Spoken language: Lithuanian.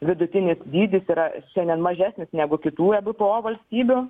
vidutinis dydis yra šiandien mažesnis negu kitų ebpo valstybių